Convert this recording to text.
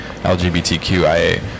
LGBTQIA